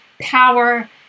power